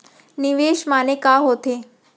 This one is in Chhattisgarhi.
निवेश माने का होथे?